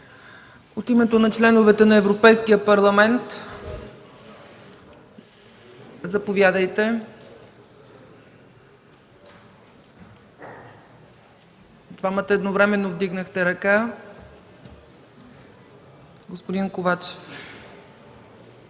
От името на членовете на Европейския парламент – заповядайте. Двамата едновременно вдигнахте ръка – господин Ковачев!